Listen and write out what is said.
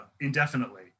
indefinitely